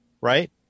right